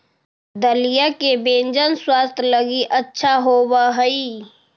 दलिया के व्यंजन स्वास्थ्य लगी अच्छा होवऽ हई